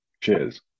Cheers